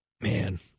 Man